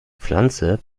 pflanze